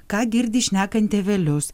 ką girdi šnekant tėvelius